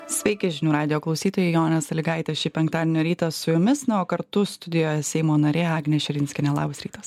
sveiki žinių radijo klausytojai jonė salygaitė šį penktadienio rytą su jumis na o kartu studijoje seimo narė agnė širinskienė labas rytas